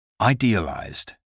Idealized